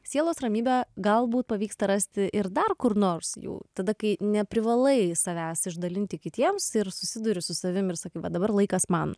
sielos ramybę galbūt pavyksta rasti ir dar kur nors jau tada kai neprivalai savęs išdalinti kitiems ir susiduri su savim ir sakai va dabar laikas man